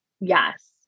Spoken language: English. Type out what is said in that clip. Yes